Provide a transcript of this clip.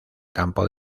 campo